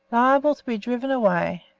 liable to be driven away.